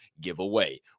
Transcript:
giveaway